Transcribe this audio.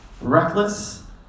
reckless